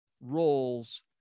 roles